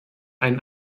einen